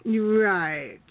Right